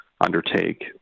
undertake